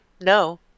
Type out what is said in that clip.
No